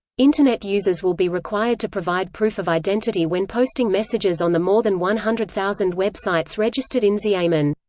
internet users will be required to provide proof of identity when posting messages on the more than one hundred thousand web sites registered in xiamen.